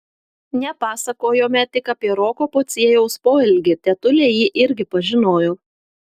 nepasakojome tik apie roko pociejaus poelgį tetulė jį irgi pažinojo